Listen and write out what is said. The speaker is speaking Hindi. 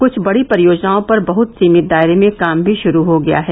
कृछ बड़ी परियोजनाओं पर बहत सीमित दायरे में काम भी शुरू हो गया है